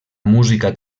música